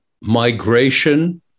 migration